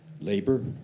labor